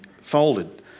folded